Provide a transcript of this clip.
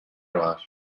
var